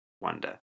wonder